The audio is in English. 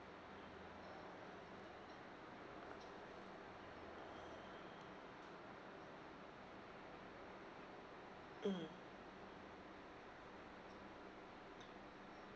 mm